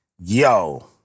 Yo